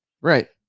Right